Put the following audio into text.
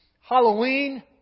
Halloween